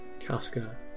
Casca